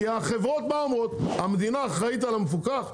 כי החברות באות ואומרות המדינה אחראית על המפוקח,